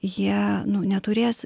jie neturės